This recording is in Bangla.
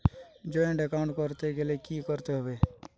জয়েন্ট এ্যাকাউন্ট করতে গেলে কি করতে হবে?